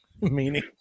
meaning